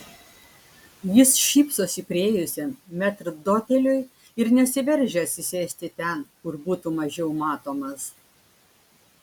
jis šypsosi priėjusiam metrdoteliui ir nesiveržia atsisėsti ten kur būtų mažiau matomas